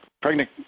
Pregnant